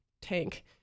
tank